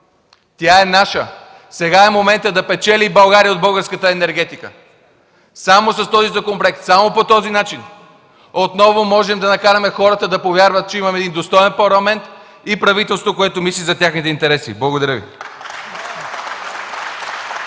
Тя е наша! Сега е моментът България да печели от българската енергетика! Само с този законопроект, само по този начин отново можем да накараме хората да повярват, че имаме достоен Парламент и правителство, което мисли за техните интереси! Благодаря Ви.